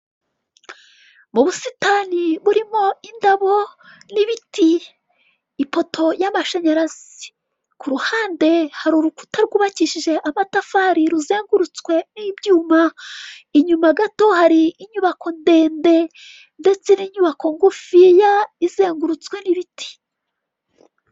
Mu busitani burimo indabo n'ibiti; ipoto y'amashanyarazi. Ku ruhande hari urukuta rwubakishije amatafari, ruzengurutswe n'ibyuma inyuma, gato hari inyubako ndende ndetse n'inyubako ngufiya izengurutswe n'ibiti.